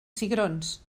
cigrons